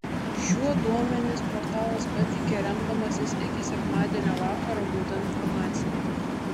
šiuo duomenis portalas pateikė remdamasis iki sekmadienio vakaro gauta informacija